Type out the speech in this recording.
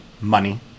money